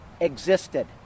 existed